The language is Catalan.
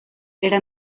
era